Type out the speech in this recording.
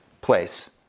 place